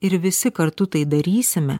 ir visi kartu tai darysime